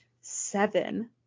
seven